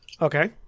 Okay